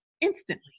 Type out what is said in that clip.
instantly